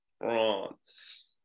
France